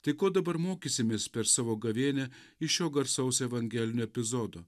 tai ko dabar mokysimės per savo gavėnią iš šio garsaus evangelinio epizodo